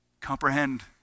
comprehend